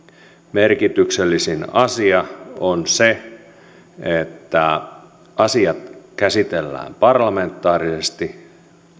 merkityksellisin asia on se että asiat käsitellään parlamentaarisesti